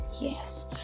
yes